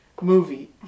Movie